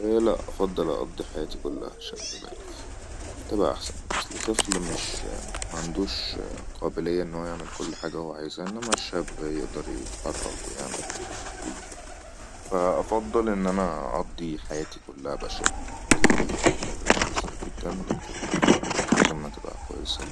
هي لاء افضل ائضي حياتي كلها شب بالغ لك تبئا احسن اصل طفل مش معندوش قابلية انو يعمل كل حاجة هو عايزها انما الشب يقدر يتحرك ويعمل ويروح ويجي فأفضل ان ائضي حياتي كلها بشب دي حاجة كويسة جدا للكل فأظنها تبقى كويسة ليا